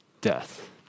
death